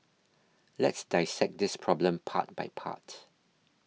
let's dissect this problem part by part